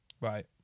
Right